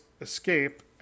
escape